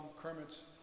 Kermit's